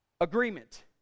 agreement